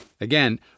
Again